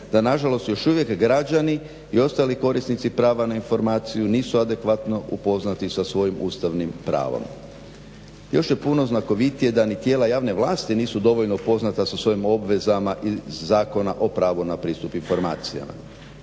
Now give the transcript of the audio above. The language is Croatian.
da nažalost još uvije građani i ostali korisnici prava na informaciju nisu adekvatno upoznati sa svojim ustavnim pravom. Još je puno znakovitije da ni tijela javne vlasti nisu dovoljno upoznata sa svojim obvezama iz zakona o pravu na pristup informacijama.